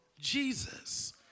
Jesus